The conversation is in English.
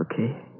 Okay